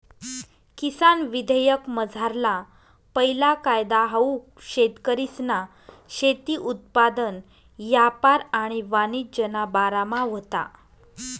किसान विधेयकमझारला पैला कायदा हाऊ शेतकरीसना शेती उत्पादन यापार आणि वाणिज्यना बारामा व्हता